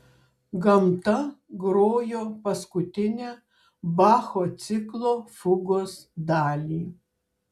gamta grojo paskutinę bacho ciklo fugos dalį